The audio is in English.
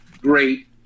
great